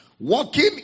walking